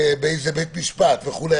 באיזה בית משפט וכולי,